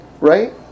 right